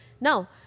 Now